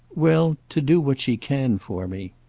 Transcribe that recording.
well, to do what she can for me.